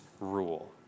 rule